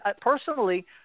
personally